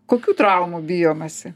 kokių traumų bijomasi